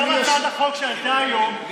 גם הצעת החוק שעלתה היום,